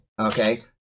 okay